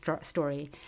story